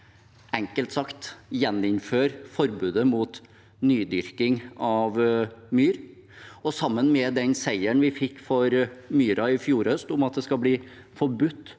enkelt sagt, å gjeninnføre forbudet mot nydyrking av myr. Sammen med den seieren vi fikk for myra i fjor høst, at det skal bli forbudt